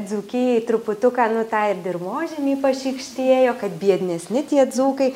dzūkijoj truputuką nu tą ir dirvožemį pašykštėjo kad biednesni tie dzūkai